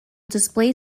display